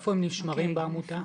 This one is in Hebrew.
איפה הם נשמרים בעמותה?